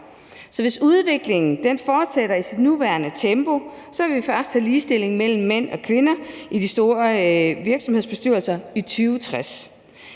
Hvis udviklingen fortsætter i sit nuværende tempo, vil vi først have ligestilling mellem mænd og kvinder i de store virksomhedsbestyrelser i 2060.